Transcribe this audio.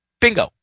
Bingo